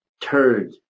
turd